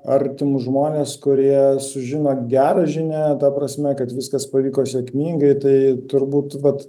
artimus žmones kurie sužino gerą žinią ta prasme kad viskas pavyko sėkmingai tai turbūt vat